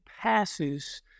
passes